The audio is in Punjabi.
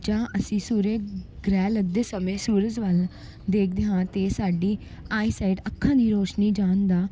ਜਾਂ ਅਸੀਂ ਸੂਰਯ ਗ੍ਰਹਿ ਲੱਗਦੇ ਸਮੇਂ ਸੂਰਜ ਵੱਲ ਦੇਖਦੇ ਹਾਂ ਅਤੇ ਸਾਡੀ ਆਈਸਾਈਟ ਅੱਖਾਂ ਦੀ ਰੌਸ਼ਨੀ ਜਾਣ ਦਾ